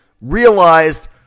realized